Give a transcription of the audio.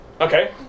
Okay